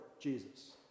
Jesus